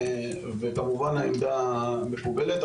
כמובן העמדה מקובלת.